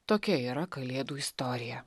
tokia yra kalėdų istorija